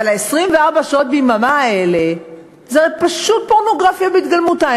אבל ה-24 שעות ביממה האלה הן פשוט פורנוגרפיה בהתגלמותה,